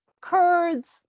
Kurds